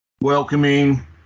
welcoming